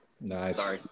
Nice